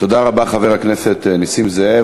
תודה רבה, חבר הכנסת נסים זאב.